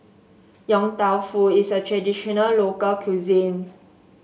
Yong Tau Foo is a traditional local cuisine